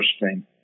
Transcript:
interesting